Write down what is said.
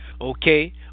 okay